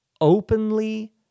openly